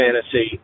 fantasy